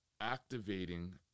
activating